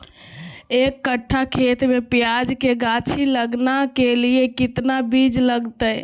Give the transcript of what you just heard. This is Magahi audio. एक कट्ठा खेत में प्याज के गाछी लगाना के लिए कितना बिज लगतय?